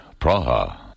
Praha